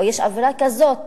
או יש אווירה כזאת